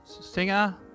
singer